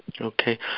Okay